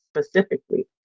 specifically